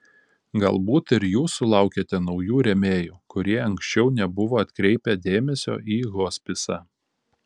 galbūt ir jūs sulaukėte naujų rėmėjų kurie anksčiau nebuvo atkreipę dėmesio į hospisą